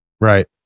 right